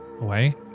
away